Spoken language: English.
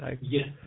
Yes